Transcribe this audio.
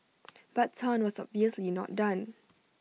but Tan was obviously not done